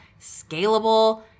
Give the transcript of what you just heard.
scalable